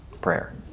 prayer